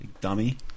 Dummy